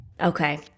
Okay